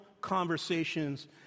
conversations